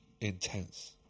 Intense